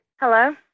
Hello